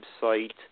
website